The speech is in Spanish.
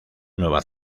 nueva